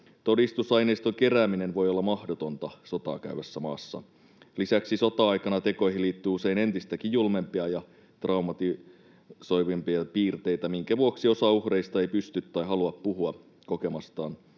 Todistusaineiston kerääminen voi olla mahdotonta sotaa käyvässä maassa. Lisäksi sota-aikana tekoihin liittyy usein entistäkin julmempia ja traumatisoivampia piirteitä, minkä vuoksi osa uhreista ei pysty tai halua puhua kokemastaan.